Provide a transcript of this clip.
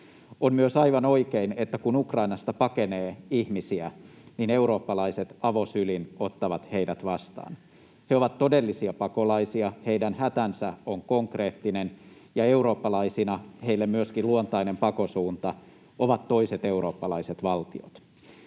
On myös aivan oikein, että kun Ukrainasta pakenee ihmisiä, niin eurooppalaiset avosylin ottavat heidät vastaan. He ovat todellisia pakolaisia, heidän hätänsä on konkreettinen, ja eurooppalaisina heille myöskin luontainen pakosuunta ovat toiset eurooppalaiset valtiot.